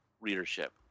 readership